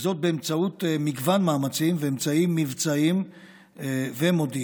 וזאת באמצעות מגוון מאמצים ואמצעים מבצעים ומודיעיניים.